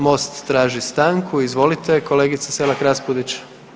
MOST traži stanku, izvolite kolegice Selak-Raspudić.